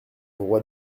roi